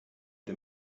the